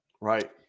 Right